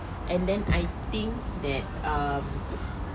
and then I think that um